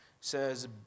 says